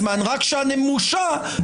חברת הכנסת תומא סלימאן, בבקשה.